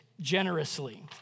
generously